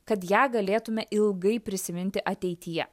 kad ją galėtume ilgai prisiminti ateityje